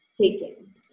taken